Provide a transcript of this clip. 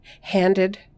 handed